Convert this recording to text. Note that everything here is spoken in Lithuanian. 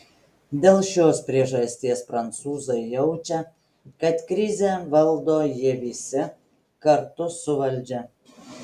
dėl šios priežasties prancūzai jaučia kad krizę valdo jie visi kartu su valdžia